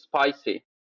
spicy